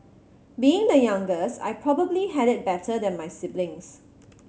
being the youngest I probably had it better than my siblings